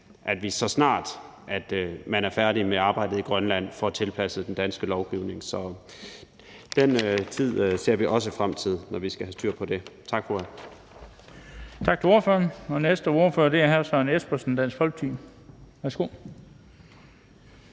at vi, så snart man er færdig med arbejdet i Grønland, får tilpasset den danske lovgivning. Så vi ser også frem til, at vi til den tid får styr på det. Tak for